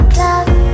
love